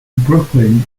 brooklyn